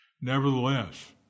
Nevertheless